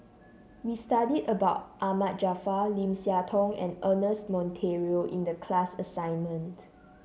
we studied about Ahmad Jaafar Lim Siah Tong and Ernest Monteiro in the class assignment